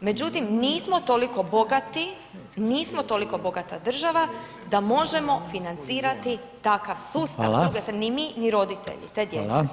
međutim, nismo toliko bogati, nismo toliko bogata država da možemo financirati takav sustav [[Upadica: Hvala.]] ni mi, ni roditelji te djece.